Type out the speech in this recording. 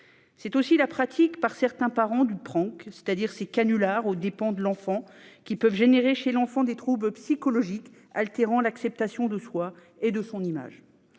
C'est aussi la pratique par certains parents du, ces canulars aux dépens de l'enfant, qui peuvent provoquer chez ce dernier des troubles psychologiques altérant l'acceptation de soi et de son image.